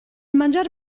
mangiar